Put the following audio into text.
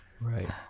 Right